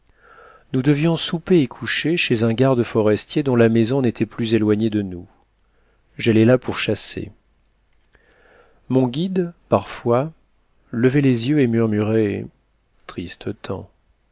nous devions souper et coucher chez un garde forestier dont la maison n'était plus éloignée de nous j'allais là pour chasser mon guide parfois levait les yeux et murmurait triste